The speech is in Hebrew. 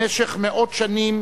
במשך מאות שנים